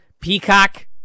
peacock